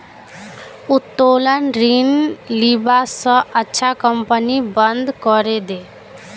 उत्तोलन ऋण लीबा स अच्छा कंपनी बंद करे दे